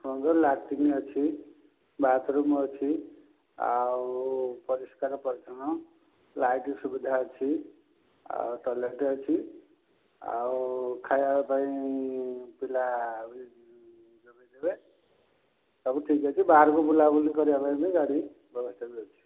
ଶୁଣନ୍ତୁ ଲାଟ୍ରିନ୍ ଅଛି ବାଥ୍ରୁମ୍ ଅଛି ଆଉ ପରିଷ୍କାର ପରିଛନ୍ନ ଲାଇଟ୍ ସୁବିଧା ଅଛି ଆଉ ଟଏଲେଟ୍ ଅଛି ଆଉ ଖାଇବା ପାଇଁ ପିଲା ଯିବେ ସବୁ ଠିକ୍ ଅଛି ବାହାରକୁ ବୁଲାବୁଲି କରିବା ପାଇଁ ବି ଗାଡ଼ି ବ୍ୟବସ୍ଥା ବି ଅଛି